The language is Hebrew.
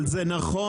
אבל זה נכון,